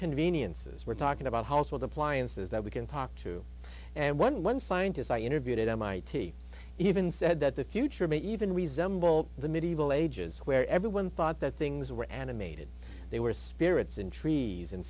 conveniences we're talking about household appliances that we can talk to and one scientists i interviewed at mit even said that the future may even resemble the medieval ages where everyone thought that things were animated they were spirits in trees and